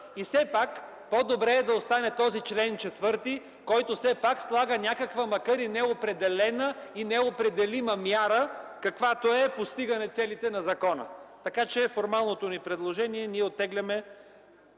и все пак по-добре е да остане този чл. 4, който все пак слага някаква, макар и неопределена и неопределима мяра, каквато е постигане целите на закона. Така че формалното ни предложение е: ние оттегляме